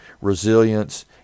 resilience